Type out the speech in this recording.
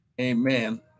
Amen